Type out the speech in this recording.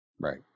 Right